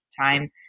time